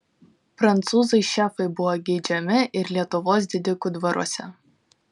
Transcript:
prancūzai šefai buvo geidžiami ir lietuvos didikų dvaruose